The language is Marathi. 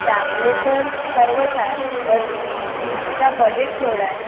चांगले तर सर्वच आहेत पण तुमचा बजेट केवढा आहे